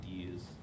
ideas